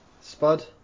Spud